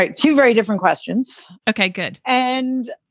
like two very different questions. ok, good. and